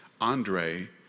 Andre